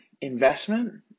investment